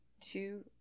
Two